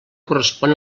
correspon